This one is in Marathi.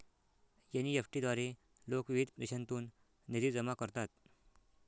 एन.ई.एफ.टी द्वारे लोक विविध देशांतून निधी जमा करतात